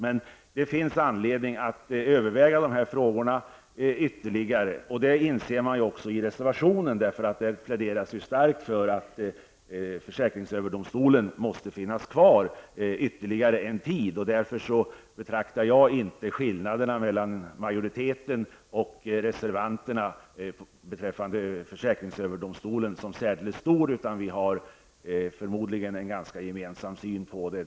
Det finns anledning att överväga dessa frågor ytterligare. Det inser tydligen också reservanterna, eftersom man i reservationen starkt pläderar för att försäkringsöverdomstolen måste få finnas kvar ytterligare en tid. Jag anser därför att skillnaderna beträffande försäkringsöverdomstolen inte är särskilt stora mellan utskottsmajoriteten och reservanterna. Vi har förmodligen en ganska gemensam syn på detta.